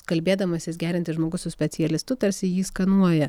kalbėdamasis geriantis žmogus su specialistu tarsi jį skanuoja